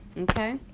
okay